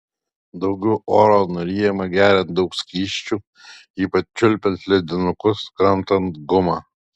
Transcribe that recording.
daugiau oro nuryjama geriant daug skysčių ypač čiulpiant ledinukus kramtant gumą